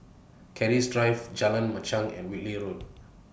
Keris Drive Jalan Machang and Whitley Road